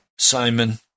Simon